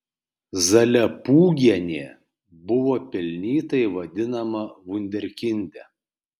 zalepūgienė buvo pelnytai vadinama vunderkinde